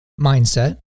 mindset